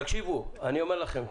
תקשיבו, אני אומר לכם: